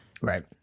right